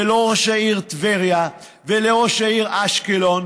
ולא לראש העיר טבריה ולראש העיר אשקלון,